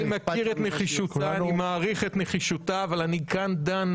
אני מכיר את נחישותה ואני מעריך את נחישותה אבל אני כאן דן